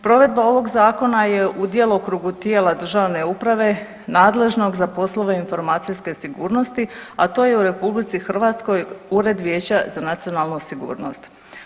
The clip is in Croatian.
Provedba ovog zakona je u djelokrugu tijela državne uprave nadležnog za poslove informacijske sigurnosti, a to je u RH Ured vijeća za nacionalnu sigurnost.